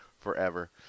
forever